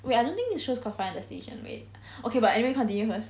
wait I don't think the show's called final destination wait okay but anyway continue